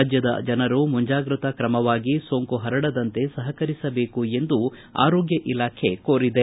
ರಾಜ್ಯದ ಜನರು ಮುಂಜಾಗೃತ ಕ್ರಮವಾಗಿ ಸೋಂಕು ಪರಡದಂತೆ ಸಪಕರಿಸಬೇಕು ಎಂದು ಆರೋಗ್ಯ ಇಲಾಖೆ ಎಚ್ಚರಿಕೆ ನೀಡಿದೆ